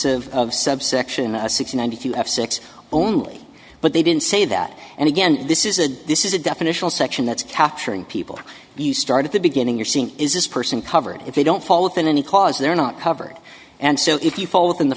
s of subsection six ninety two f six only but they didn't say that and again this is a this is a definitional section that's capturing people you start at the beginning you're seeing is this person covered if they don't fall within any cause they're not covered and so if you fall within the